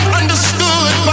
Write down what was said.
understood